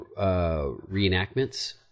reenactments